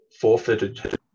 forfeited